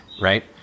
right